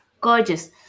Gorgeous